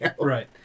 Right